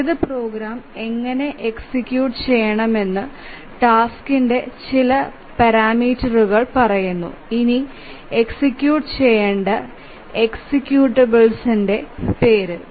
ഏതു പ്രോഗ്രാം എങ്ങനെ എക്സിക്യൂട്ട് ചെയ്യാമെന്ന് ടാസ്കിന്റെ ചില പാരാമീറ്ററുകൾ പറയുന്നു ഇനി എക്സിക്യൂട്ട് ചെയേണ്ട എക്സിക്യൂട്ടബിള്ഇന്ടെ പേര്